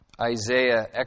Isaiah